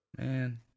Man